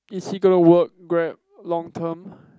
is he gonna work Grab long term